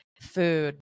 food